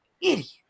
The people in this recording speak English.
idiot